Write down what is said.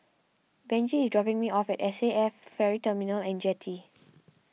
Benji is dropping me off at S A F Ferry Terminal and Jetty